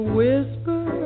whisper